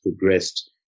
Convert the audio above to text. progressed